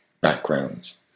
backgrounds